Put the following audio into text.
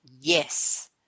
yes